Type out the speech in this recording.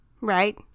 right